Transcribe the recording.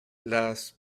las